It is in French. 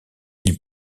ils